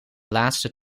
laatste